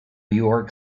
york